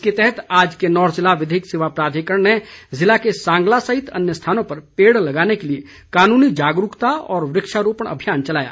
इसके तहत आज किन्नौर ज़िला विधिक सेवा प्राधिकरण ने ज़िले के सांगला सहित अन्य स्थानों पर पेड़ लगाने के लिए कानूनी जागरूकता और वृक्षारोपण अभियान चलाया